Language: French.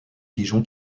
pigeon